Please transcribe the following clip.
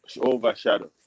overshadow